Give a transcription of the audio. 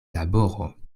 laboro